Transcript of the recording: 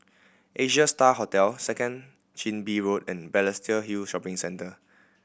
Asia Star Hotel Second Chin Bee Road and Balestier Hill Shopping Centre